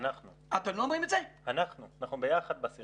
אנחנו ביחד בסירה.